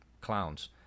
clowns